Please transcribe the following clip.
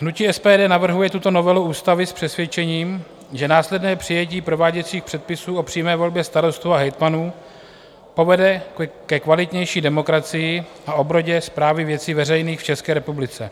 Hnutí SPD navrhuje tuto novelu ústavy s přesvědčením, že následné přijetí prováděcích předpisů o přímé volbě starostů a hejtmanů povede ke kvalitnější demokracii a obrodě správy věcí veřejných v České republice.